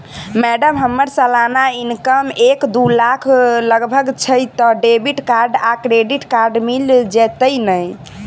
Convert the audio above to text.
Madam हम्मर सलाना income एक दु लाख लगभग छैय तऽ डेबिट कार्ड आ क्रेडिट कार्ड मिल जतैई नै?